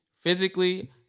physically